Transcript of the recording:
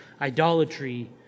idolatry